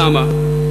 למה?